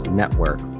Network